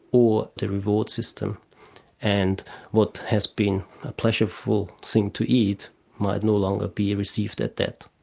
or the reward system and what has been a pleasurable thing to eat might no longer be received at that.